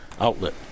outlet